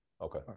Okay